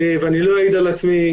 ואני לא אעיד על עצמי,